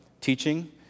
teaching